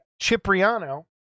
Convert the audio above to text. cipriano